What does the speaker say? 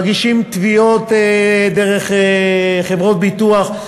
מגישים תביעות דרך חברות ביטוח.